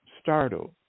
startled